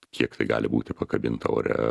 kiek tai gali būti pakabinta ore